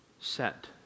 set